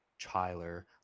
Tyler